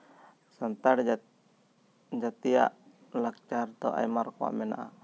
ᱥᱟᱱᱛᱟᱲ ᱡᱟᱹᱛᱤᱭᱟᱜ ᱞᱟᱠᱪᱟᱨ ᱫᱚ ᱟᱭᱢᱟ ᱨᱚᱠᱚᱢᱟᱜ ᱢᱮᱱᱟᱜᱼᱟ